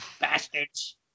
bastards